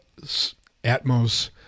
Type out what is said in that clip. atmos